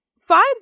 five